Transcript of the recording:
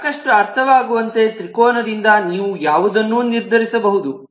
ಸಾಕಷ್ಟು ಅರ್ಥವಾಗುವಂತೆ ತ್ರಿಕೋನದಿಂದ ನೀವು ಯಾವುದನ್ನು ನಿರ್ಧರಿಸಬಹುದು